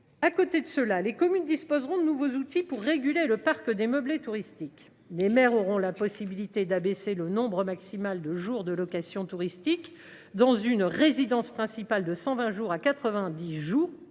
En parallèle, les communes disposeront de nouveaux outils pour réguler le parc des meublés touristiques. Les maires auront ainsi la possibilité d’abaisser le nombre maximal de jours de location touristique dans une résidence principale : ce plafond pourra